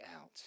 out